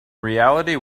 reality